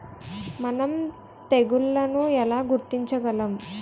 మనం తెగుళ్లను ఎలా గుర్తించగలం?